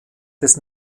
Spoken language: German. des